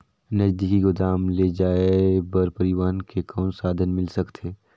नजदीकी गोदाम ले जाय बर परिवहन के कौन साधन मिल सकथे?